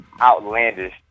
outlandish